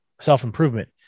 self-improvement